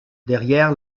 derrière